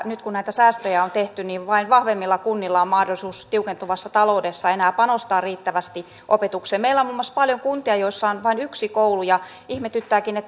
nyt kun näitä säästöjä on tehty niin vain vahvemmilla kunnilla on mahdollisuus tiukentuvassa taloudessa enää panostaa riittävästi opetukseen meillä on muun muassa paljon kuntia joissa on vain yksi koulu ja ihmetyttääkin